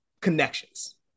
connections